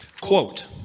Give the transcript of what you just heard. Quote